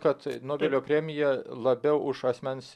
kad nobelio premija labiau už asmens